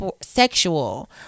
sexual